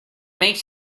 makes